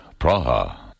Praha